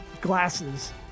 glasses